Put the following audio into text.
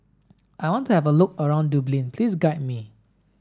I want to have a look around Dublin Please guide me